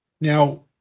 Now